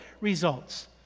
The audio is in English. results